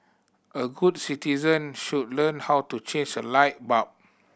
all good citizen should learn how to change a light bulb